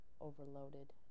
overloaded